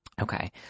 Okay